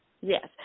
Yes